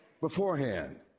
Beforehand